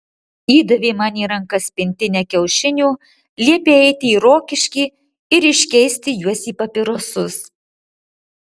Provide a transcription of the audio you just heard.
įdavė man į rankas pintinę kiaušinių liepė eiti į rokiškį ir iškeisti juos į papirosus